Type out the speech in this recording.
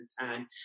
time